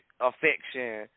affection